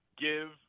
give